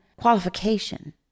qualification